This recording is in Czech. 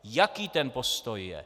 Jaký ten postoj je.